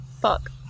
fuck